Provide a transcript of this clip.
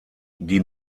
die